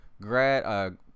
grad